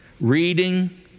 reading